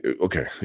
okay